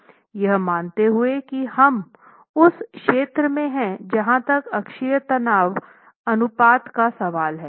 यह मानते हुए कि हम उस क्षेत्र में हैं जहाँ तक अक्षीय तनाव अनुपात का सवाल है